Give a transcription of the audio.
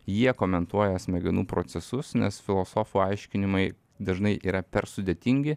jie komentuoja smegenų procesus nes filosofų aiškinimai dažnai yra per sudėtingi